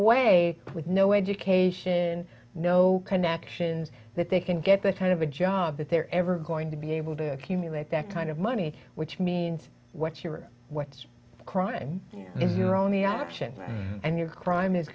way with no education no connections that they can get that kind of a job that they're ever going to be able to cumulate that kind of money which means what's your what's the crime is your only option and your crime is